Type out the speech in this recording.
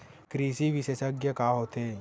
कृषि विशेषज्ञ का होथे?